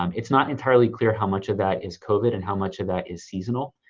um it's not entirely clear how much of that is covid and how much of that is seasonal.